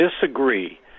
disagree